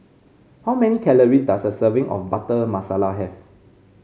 how many calories does a serving of Butter Masala have